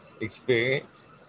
experience